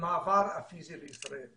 המעבר הפיזי לישראל.